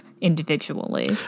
individually